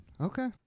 Okay